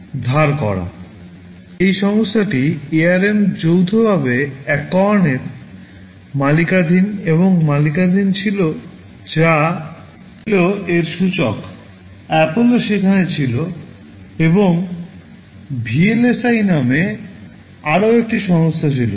প্রাথমিকভাবে এই সংস্থাটি ARM যৌথভাবে অ্যাকর্নের মালিকানাধীন এবং মালিকানাধীন ছিল যা ছিল এর সূচক অ্যাপলও সেখানে ছিল এবং VLSI নামে আরও একটি সংস্থা ছিল